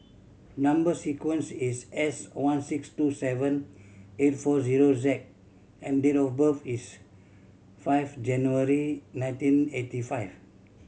number sequence is S one six two seven eight four zero Z and date of birth is five January nineteen eighty five